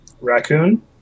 Raccoon